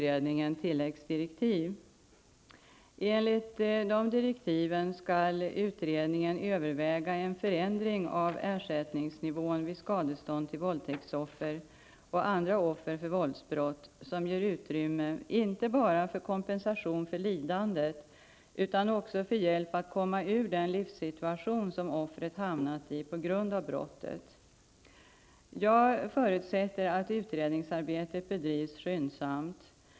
Enligt dessa direktiv skall utredningen överväga en förändring av ersättningsnivån vid skadestånd till våldtäktsoffer och andra offer för våldsbrott som ger utrymme inte bara för en kompensation för lidandet utan också för hjälp att komma ur den livssituation som offret hamnat i på grund av brottet. Jag förutsätter att utredningsarbetet bedrivs skyndsamt.